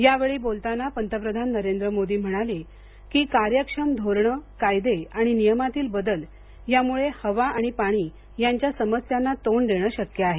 या वेळी बोलताना पंतप्रधान नरेंद्र मोदी म्हणाले की कार्यक्षम धोरणं कायदे आणि नियमातील बदल यामुळं हवा पाणी यांच्या समस्यांना तोंड देणं शक्य आहे